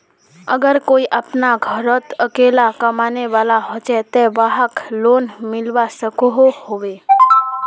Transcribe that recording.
अगर कोई अपना घोरोत अकेला कमाने वाला होचे ते वाहक लोन मिलवा सकोहो होबे?